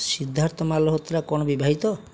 ସିଦ୍ଧାର୍ଥ ମାଲହୋତ୍ରା କ'ଣ ବିବାହିତ